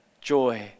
joy